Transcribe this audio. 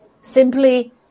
simply